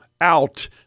out